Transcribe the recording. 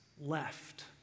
left